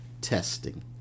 testing